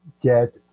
get